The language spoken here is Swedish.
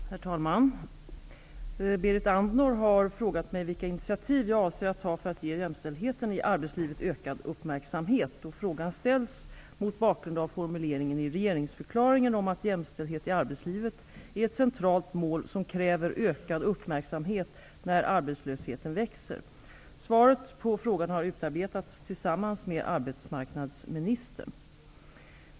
Herr talman! Berit Andnor har frågat mig vilka initiativ jag avser att ta för att ge jämställdheten i arbetslivet ökad uppmärksamhet. Frågan ställs mot bakgrund av formuleringen i regeringsförklaringen om att jämställdhet i arbetslivet är ett centralt mål som kräver ökad uppmärksamhet när arbetslösheten växer. Svaret på frågan har utarbetats tillsammans med arbetsmarknadsministern.